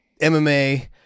MMA